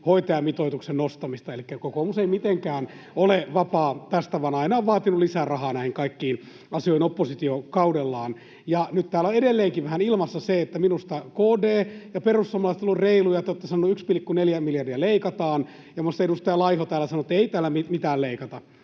Kyllä, näin se oli!] Elikkä kokoomus ei mitenkään ole vapaa tästä vaan aina on vaatinut lisää rahaa näihin kaikkiin asioihin oppositiokaudellaan. Ja se on nyt täällä edelleenkin vähän ilmassa: minusta KD ja perussuomalaiset ovat olleet reiluja, kun te olette sanoneet, että 1,4 miljardia leikataan, mutta muun muassa edustaja Laiho on täällä sanonut, että ei täällä mitään leikata.